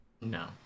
No